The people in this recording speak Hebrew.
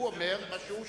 הוא אומר מה שהוא שמע.